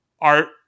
art